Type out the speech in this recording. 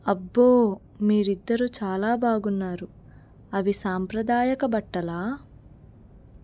అబ్బో మీరిద్దరు చాలా బాగున్నారు అవి సాంప్రదాయక బట్టలా